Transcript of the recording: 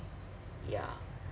yeah